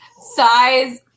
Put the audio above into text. size